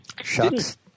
Shucks